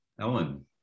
Ellen